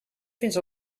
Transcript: fins